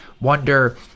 wonder